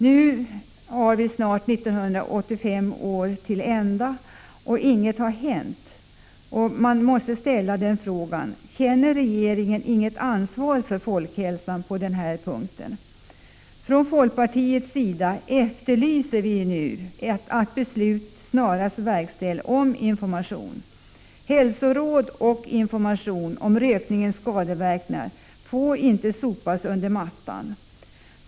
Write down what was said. Nu är år 1985 snart till ända, och ingenting har hänt. Känner regeringen inget ansvar för folkhälsan på den här punkten? Från folkpartiets sida efterlyser vi att beslut beträffande information snarast verkställs. Hälsoråd och information om rökningens skadeverkningar får inte sopas under mattan.